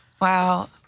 Wow